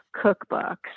cookbooks